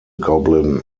goblin